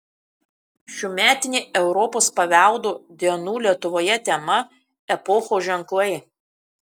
šiųmetinė europos paveldo dienų lietuvoje tema epochų ženklai